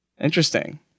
Interesting